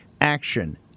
Action